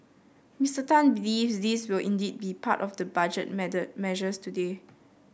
Mister Tan believes these will indeed be part of the Budget measures today